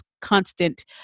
constant